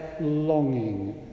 longing